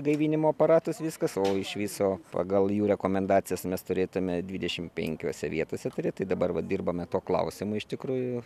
gaivinimo aparatus viskas o iš viso pagal jų rekomendacijas mes turėtume dvidešim penkiose vietose turėt tai dabar va dirbame tuo klausimu iš tikrųjų